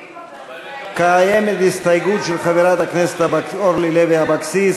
קיימת הסתייגות של חברת הכנסת אורלי לוי אבקסיס,